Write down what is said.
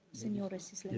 senores is